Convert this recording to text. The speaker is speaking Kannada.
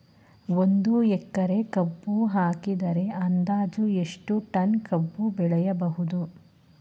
ಒಂದು ಎಕರೆ ಕಬ್ಬು ಹಾಕಿದರೆ ಅಂದಾಜು ಎಷ್ಟು ಟನ್ ಕಬ್ಬು ಬೆಳೆಯಬಹುದು?